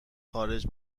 خارج